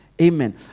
Amen